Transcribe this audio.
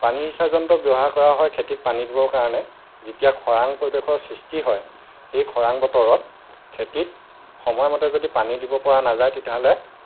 পানী সিঁচা যন্ত্ৰ ব্যৱহাৰ কৰা হয় খেতিত পানী দিবৰ কাৰণে যেতিয়া খৰাং পৰিৱেশৰ সৃষ্টি হয় সেই খৰাং বতৰত খেতিত সময় মতে যদি পানী দিব পৰা নাযায় তেতিয়াহ'লে